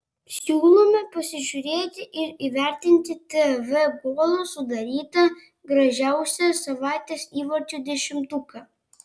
siūlome pasižiūrėti ir įvertinti tv golo sudarytą gražiausią savaitės įvarčių dešimtuką